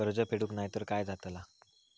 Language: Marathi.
कर्ज फेडूक नाय तर काय जाताला?